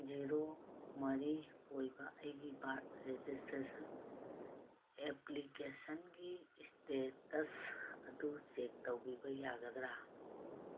zero ꯃꯔꯤ ꯑꯣꯏꯕ ꯑꯩꯒꯤ ꯕꯥꯔꯊ ꯔꯦꯖꯤꯁꯇ꯭ꯔꯦꯁꯟ ꯑꯦꯄ꯭ꯂꯤꯀꯦꯁꯟꯒꯤ ꯏꯁꯇꯦꯇꯁ ꯑꯗꯨ ꯆꯦꯛ ꯇꯧꯕꯤꯕ ꯌꯥꯒꯗ꯭ꯔꯥ